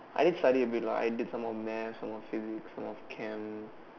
I did study a bit lah I did some of math some of physics some of Chem